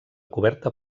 coberta